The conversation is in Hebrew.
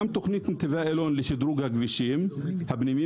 גם תוכנית נתיבי איילון לשדרוג הכבישים הפנימים